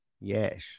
Yes